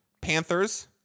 Panthers